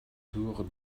tour